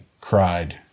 cried